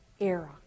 era